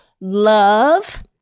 love